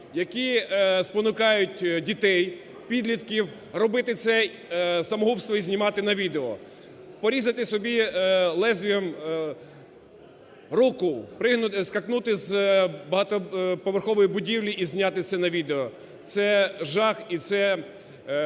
які спонукають дітей, підлітків робити це самогубство і знімати на відео. Порізати собі лезом руку, скакнути з багатоповерхової будівлі і зняти це на відео. Це жах і це